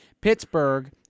Pittsburgh